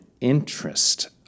interest